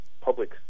public